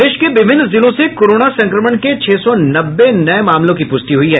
प्रदेश के विभिन्न जिलों से कोरोना संक्रमण के छह सौ नब्बे नये मामलों की पुष्टि हुई है